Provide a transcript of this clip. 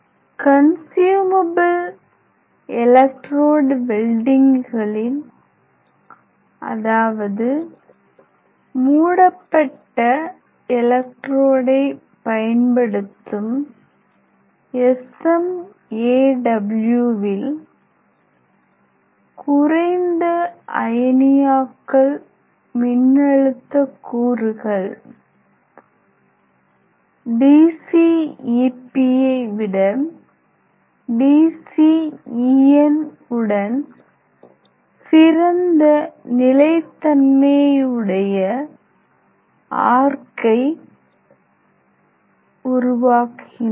consumable electrode வெல்டிங்குகளில் அதாவது மூடப்பட்ட எலெக்ட்ரோடைப் பயன்படுத்தும் SMAWவில் குறைந்த அயனியாக்கல் மின்னழுத்தக் கூறுகள் DCEP யை விட DCEN உடன் சிறந்த நிலைத்தன்மையடைய ஆர்க்கை விளைவிக்கின்றன